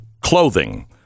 clothing